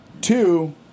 Two